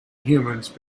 humans